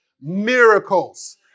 Miracles